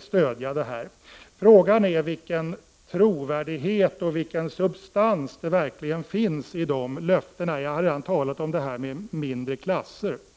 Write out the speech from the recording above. stödja regeringsförslaget. Frågan är vilken trovärdighet och substans det verkligen finns i de löftena. Jag har redan talat om mindre klasser.